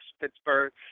Pittsburgh